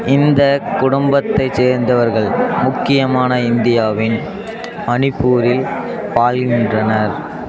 இந்தக் குடும்பத்தைச் சேர்ந்தவர்கள் முக்கியமாக இந்தியாவின் மணிப்பூரில் வாழ்கின்றனர்